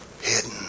hidden